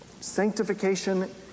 Sanctification